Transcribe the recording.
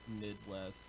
Midwest